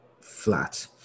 flat